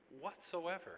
whatsoever